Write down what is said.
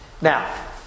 Now